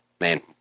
man